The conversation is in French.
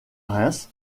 reims